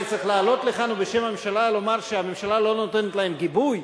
אני צריך לעלות לכאן ובשם הממשלה לומר שהממשלה לא נותנת להם גיבוי?